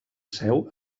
seu